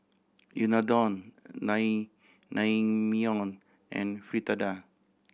Unadon Naengmyeon and Fritada